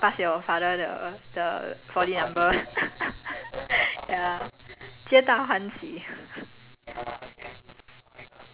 okay you keep me in your keep me in your good favour right then I''ll pass your father the the four D number ya